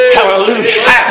Hallelujah